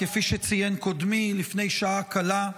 כפי שציין קודמי לפני שעה קלה,